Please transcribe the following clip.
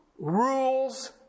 rules